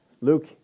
Luke